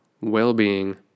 well-being